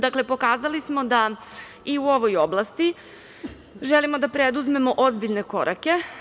Dakle, pokazali smo da i u ovoj oblasti želimo da preduzmemo ozbiljne korake.